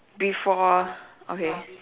before okay